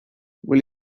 will